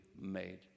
made